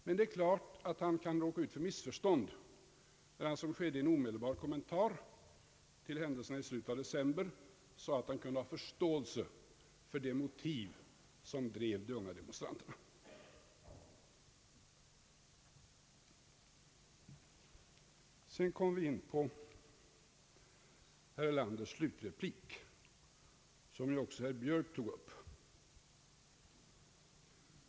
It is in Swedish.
Men det är klart att han kan råka ut för missförstånd när han, som skedde i en omedelbar kommentar till händelserna i slutet av december, sade att han kunde ha förståelse för de motiv som drev de unga demonstranterna. I debatten har vidare berörts herr Erlanders slutreplik, som också herr Björk tog upp.